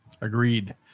Agreed